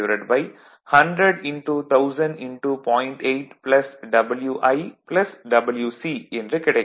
8 Wi Wc என்று கிடைக்கும்